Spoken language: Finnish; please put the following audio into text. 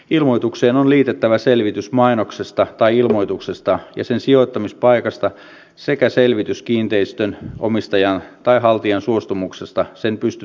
ilmoitukseen on liitettävä selvitys mainoksesta tai ilmoituksesta ja sen sijoittamispaikasta sekä selvitys kiinteistönomistajan tai haltijan suostumuksesta sen pystyttämiseen